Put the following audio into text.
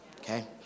okay